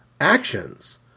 actions